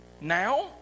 now